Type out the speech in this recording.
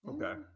Okay